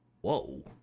Whoa